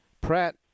Pratt